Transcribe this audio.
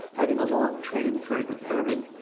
having a long train furred with ermine,